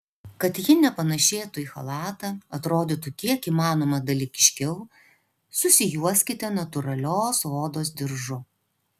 kad ji nepanėšėtų į chalatą atrodytų kiek įmanoma dalykiškiau susijuoskite natūralios odos diržu